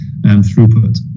throughput